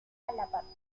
galápagos